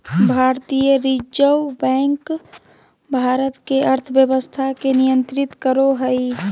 भारतीय reserve bank Bharat के अर्थव्यवस्था के नियन्त्रित करो हइ